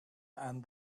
and